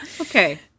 okay